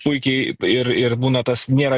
puikiai ir ir būna tas nėra